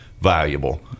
valuable